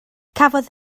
cafodd